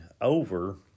over